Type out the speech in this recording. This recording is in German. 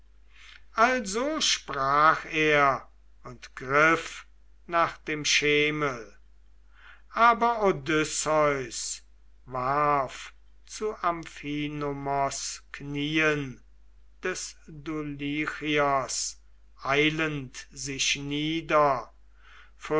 also sprach er und griff nach dem schemel aber odysseus warf zu amphinomos knien des dulichiers eilend sich nieder